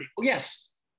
yes